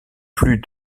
plus